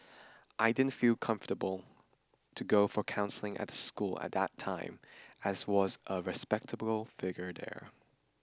I didn't feel comfortable to go for counselling at the school at that time as was a respectable figure there